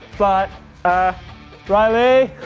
but ah riley.